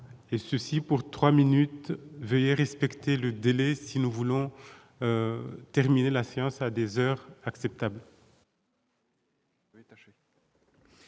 et ceci pour 3 minutes, veuillez respecter le délai si nous voulons terminer la séance à des heures acceptable.